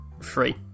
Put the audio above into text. free